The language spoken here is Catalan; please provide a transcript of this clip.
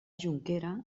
jonquera